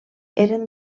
eren